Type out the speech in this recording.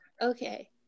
okay